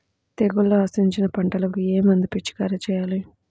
తెగుళ్లు ఆశించిన పంటలకు ఏ మందు పిచికారీ చేయాలి?